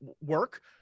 work